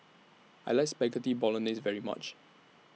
I like Spaghetti Bolognese very much